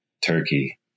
Turkey